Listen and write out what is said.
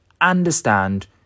understand